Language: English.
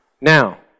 Now